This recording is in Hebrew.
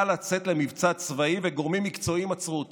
לצאת למבצע צבאי וגורמים מקצועיים עצרו אותו,